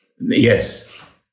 Yes